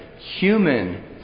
Human